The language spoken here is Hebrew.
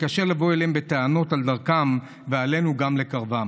שקשה לבוא אליהם בטענות על דרכם ועלינו גם לקרבם.